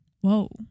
Whoa